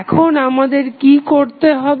এখন আমাদের কি করতে হবে